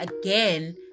again